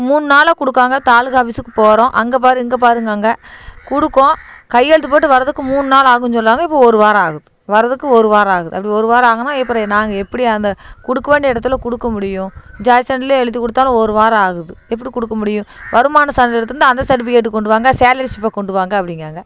மூணு நாளாக கொடுக்குறாங்க தாலுக்கா ஆஃபீஸுக்கு போகிறோம் அங்கேப் பாரு இங்கேப் பாருங்கிறாங்க கொடுக்குறோம் கையெழுத்து போட்டு வர்றதுக்கு மூணு நாள் ஆகும்னு சொல்கிறாங்க இப்போ ஒரு வாரம் ஆகுது வர்றதுக்கு ஒரு வாரம் ஆகுது அப்படி ஒரு வாரம் ஆகும்னா அப்புறம் நாங்கள் எப்படி அந்த கொடுக்க வேண்டிய இடத்துல குடுக்க முடியும் ஜாதி சான்றிதழே எழுதி கொடுத்தாலும் ஒரு வாரம் ஆகுது எப்படி கொடுக்க முடியும் வருமான சான்றிதழ் இடத்துலேருந்து அந்த சர்ட்டிஃபிகேட் கொண்டு வாங்க சேலரி ஸிலிப்பை கொண்டு வாங்க அப்படிங்கிறாங்க